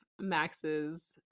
Max's